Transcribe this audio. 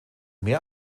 mehr